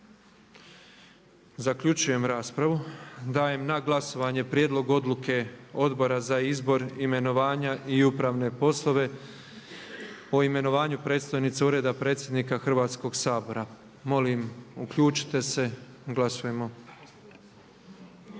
Zaključujem raspravu. Dajem na glasovanje prijedlog odluke Odbora za izbor, imenovanje i upravne poslove o imenovanju predstojnice Ureda predsjednika Hrvatskog sabora. Molim uključite se, glasujemo.